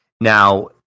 Now